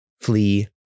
flee